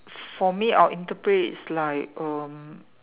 for me I'll interpret it's like um